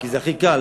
כי זה הכי קל,